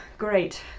Great